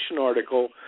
article